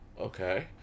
Okay